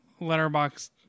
letterbox